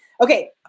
Okay